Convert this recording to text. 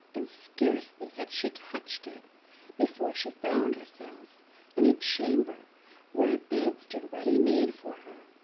and scarcely had she touched it before she found herself in a chamber where a bed stood ready made for her,